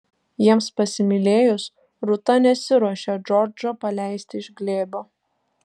jiems pasimylėjus rūta nesiruošė džordžo paleisti iš glėbio